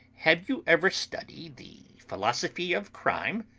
have you ever study the philosophy of crime?